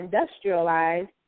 industrialized